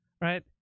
right